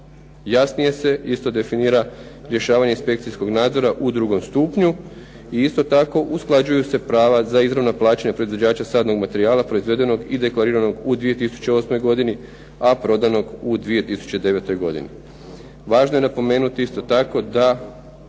Jasnije se isto definira rješavanje inspekcijskog nadzora u drugom stupnju i isto tako usklađuju se prava za izravno plaćanje proizvođača sadnog materijala proizvedenog i deklariranog u 2008. godini a prodanog u 2009. godini. Važno je napomenuti isto tako da